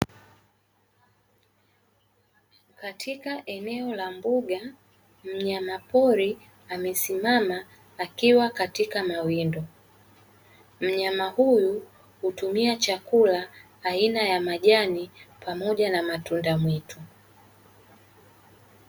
Katika eneo la mbuga mnyama pori amesimama akiwa katika mawindo, mnyama huyu hutumia chakula aina ya majani pamoja na matunda mwitu.